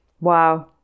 Wow